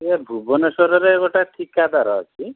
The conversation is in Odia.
ଇଏ ଭୁବନେଶ୍ୱରରେ ଗୋଟେ ଠିକାଦାର ଅଛି